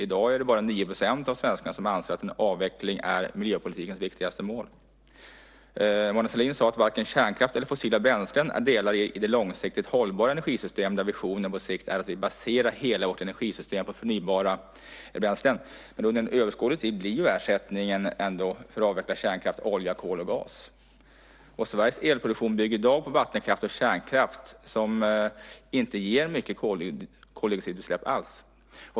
I dag är det bara 9 % av svenskarna som anser att en avveckling är miljöpolitikens viktigaste mål. Mona Sahlin sade att varken kärnkraft eller fossila bränslen är delar i det långsiktigt hållbara energisystem där visionen på sikt är att vi baserar hela vårt energisystem på förnybara bränslen. Men under en överskådlig tid blir ju ersättningen för att avveckla kärnkraften ändå olja, kol och gas. Sveriges elproduktion bygger i dag på vattenkraft och kärnkraft som inte alls ger mycket koldioxidutsläpp.